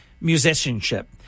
musicianship